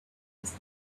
his